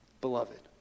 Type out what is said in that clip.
Beloved